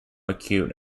acute